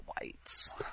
whites